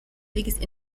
biggest